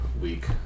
week